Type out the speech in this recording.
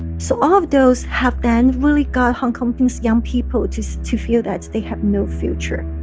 so all of those have then really got hong kong's young people to so to feel that they have no future.